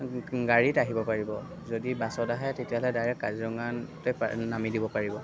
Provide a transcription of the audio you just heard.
গাড়ীত আহিব পাৰিব যদি বাছত আহে তেতিয়াহ'লে ডাইৰেক্ট কাজিৰঙাতে নামি দিব পাৰিব